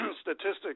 statistics